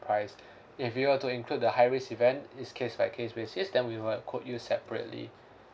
price if you were to include the high risk event it's case by case basis then we will quote you separately